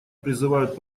призывают